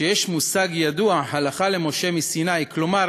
שיש מושג ידוע: "הלכה למשה מסיני", כלומר,